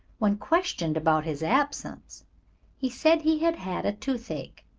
when questioned about his absence he said he had had a toothache.